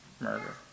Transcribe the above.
murder